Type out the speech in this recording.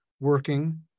working